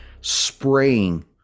spraying